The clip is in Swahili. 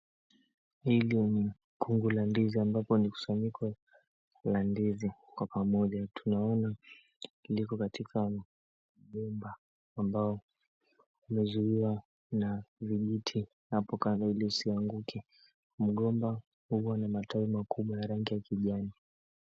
Hili ni kungu la ndizi ambalo ni mkusanyiko la ndizi. Tunaona liko katika miba ambalo limezuiwa na vijiti na hapo kando Ili isianguke. Mgomba huo una matawi makubwa ya rangi ya kijani.